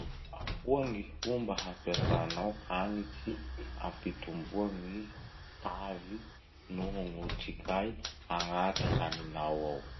Ahoa gny fomba ampiasanao hanitry ampitoboa gny tavy noho gny otrikay agnaty haninao ao?